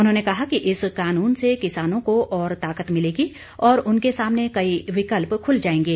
उन्होंने कहा कि इस कानून से किसानों को और ताकत मिलेगी और उनके सामने कई विकल्प खुल जाएंगे